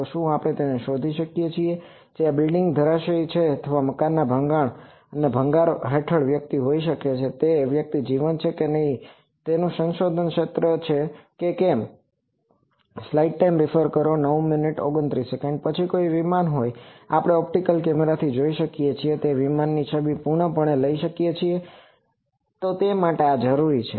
તો શું આપણે શોધી શકીએ કે જ્યાં બિલ્ડિંગ ધરાશાયી થયેલ છે અથવા મકાનના ભંગાણના ભંગાર હેઠળ કોઈ વ્યક્તિ છે તે વ્યક્તિ જીવંત છે કે નહીં તે સંશોધનનું સક્રિય ક્ષેત્ર છે કે કેમ પછી કોઈ વિમાન હોય આપણે ઓપ્ટિકલ કેમેરાથી જોઈ શકીએ છીએ તે વિમાનની છબિ સંપૂર્ણપણે લઈ શકીએ છીએ તો તે માટે આ જરૂરી છે